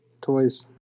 toys